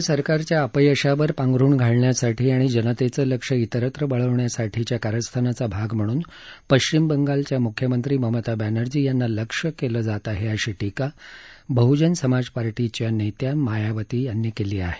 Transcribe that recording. भाजपा सरकारच्या अपयशावर पांघरुण घालण्यासाठी आणि जनतेचं लक्ष इतरत्र वळवण्यासाठीच्या कारस्थानाचा भाग म्हणून पश्चिम बंगालच्या मुख्यमंत्री ममता बॅनर्जी यांना लक्ष्य केलं जात आहे अशी टीका बहजन समाजपार्टीच्या नेत्या मायावती यांनी केली आहे